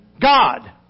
God